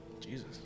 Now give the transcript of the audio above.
Jesus